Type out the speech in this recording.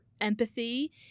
empathy